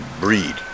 breed